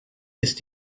ist